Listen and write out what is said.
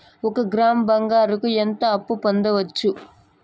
ఒక గ్రాము బంగారంకు ఎంత అప్పు పొందొచ్చు